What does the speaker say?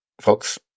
folks